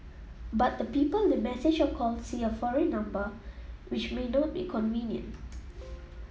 but the people they message or call see a foreign number which may not be convenient